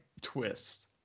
twist